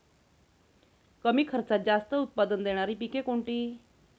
कमी खर्चात जास्त उत्पाद देणारी पिके कोणती?